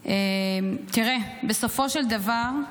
תראה, בסופו של דבר,